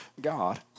God